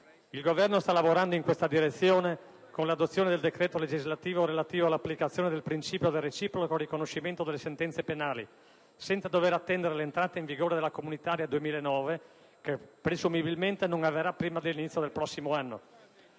Il Governo sta lavorando in questa direzione con l'adozione del decreto legislativo relativo all'applicazione del principio del reciproco riconoscimento delle sentenze penali, senza dover attendere l'entrata in vigore della legge comunitaria 2009, che presumibilmente non avverrà prima dell'inizio del prossimo anno.